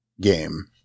game